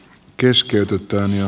keskeytettyään ja